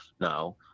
now